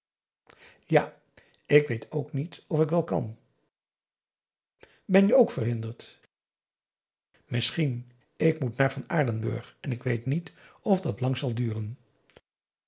ja ik weet ook niet of ik wel gaan kan ben je ook verhinderd misschien ik moet naar van aardenburg en ik weet niet of dat lang zal duren